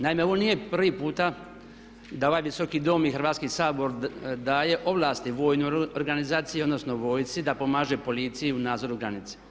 Naime, ovo nije prvi put da ovaj Visoki dom i Hrvatski sabor daje ovlasti vojnoj organizaciji odnosno vojsci da pomaže policiji u nadzoru granice.